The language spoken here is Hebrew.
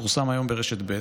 פורסם היום ברשת ב'